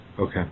Okay